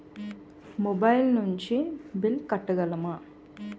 Mobile నుంచి bill కట్టగలమ?